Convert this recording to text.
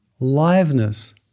liveness